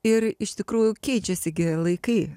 ir iš tikrųjų keičiasi gi laikai